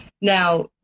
now